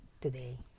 today